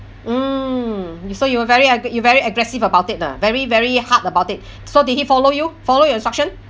mm you so you were very uh you very aggressive about it lah very very hard about it so did he follow you follow your instruction